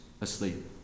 asleep